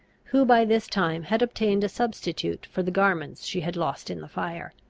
who by this time had obtained a substitute for the garments she had lost in the fire.